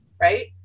Right